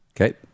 Okay